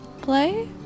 play